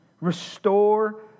Restore